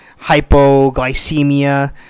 hypoglycemia